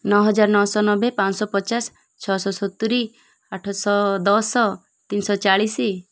ନଅ ହଜାର ନଅଶହ ନବେ ପାଞ୍ଚଶହ ପଚାଶ ଛଅଶହ ସତୁରି ଆଠଶହ ଦଶ ତିନିଶହ ଚାଳିଶ